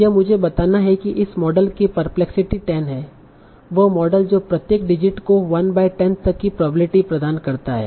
यह मुझे बताता है कि इस मॉडल की परप्लेक्सिटी 10 है वह मॉडल जो प्रत्येक डिजिट को 1 बाय 10 तक की प्रोबेबिलिटी प्रदान करता है